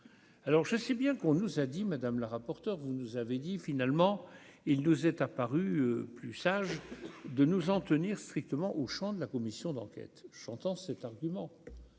alors je sais bien qu'on nous a dit Madame la rapporteure, vous nous avez dit : finalement, il nous est apparu plus sage de nous en tenir strictement au Champ de la commission d'enquête, j'entends cet argument,